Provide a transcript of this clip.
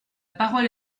parole